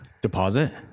Deposit